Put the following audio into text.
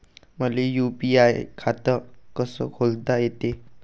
मले यू.पी.आय खातं कस खोलता येते?